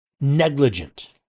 negligent